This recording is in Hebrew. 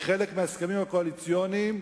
בחלק מההסכמים הקואליציוניים,